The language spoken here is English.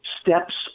steps